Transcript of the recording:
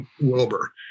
Wilbur